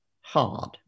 hard